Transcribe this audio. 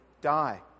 die